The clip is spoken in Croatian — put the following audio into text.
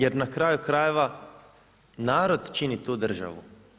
Jer na kraju krajeva narod čini tu državu.